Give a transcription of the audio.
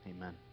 Amen